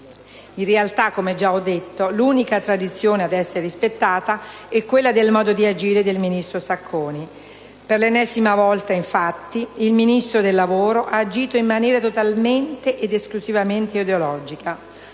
In realtà, come ho già detto, l'unica tradizione ad essere rispettata è quella del modo di agire del ministro Sacconi. Per l'ennesima volta, infatti, il Ministro del lavoro ha agito in maniera totalmente ed esclusivamente ideologica